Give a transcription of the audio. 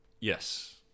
Yes